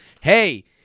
Hey